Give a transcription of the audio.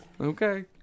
Okay